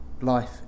life